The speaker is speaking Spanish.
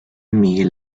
miguel